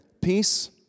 peace